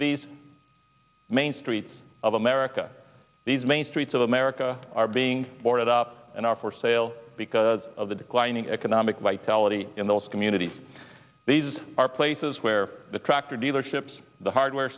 these main streets of america these main streets of america are being boarded up and are for sale because of the declining economic vitality in those communities these are places where the tractor dealerships the hardware